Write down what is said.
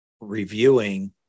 reviewing